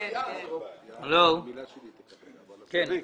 היית כאן באף דיון.